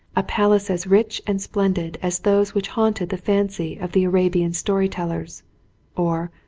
a palace as rich and splendid as those which haunted the fancy of the arabian story tellers or,